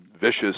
vicious